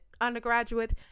undergraduate